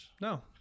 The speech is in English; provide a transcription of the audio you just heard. No